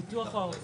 ביטוח ערבות.